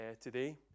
today